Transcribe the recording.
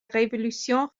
révolution